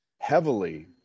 heavily